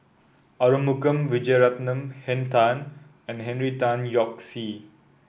Arumugam Vijiaratnam Henn Tan and Henry Tan Yoke See